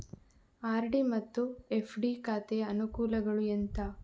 RD ಮತ್ತು FD ಖಾತೆಯ ಅನುಕೂಲಗಳು ಎಂತ?